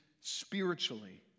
spiritually